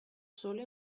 solo